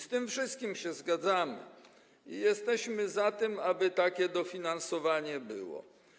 Z tym wszystkim się zgadzamy i jesteśmy za tym, aby takie finansowanie było.